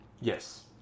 Yes